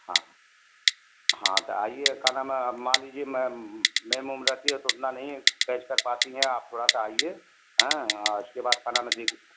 हाँ हाँ तो आइए का नाम मान लीजिये मैम मैम वैम रहती है तो उतना नहीं है कैच कर पाती है आप थोड़ा सा आइए हैं औ उसके बाद खाना न दी